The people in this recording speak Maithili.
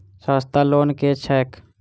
सस्ता लोन केँ छैक